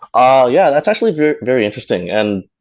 ah yeah, that's actually very very interesting. and